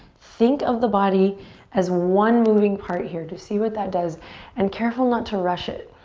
think of the body as one moving part here. just see what that does and careful not to rush it.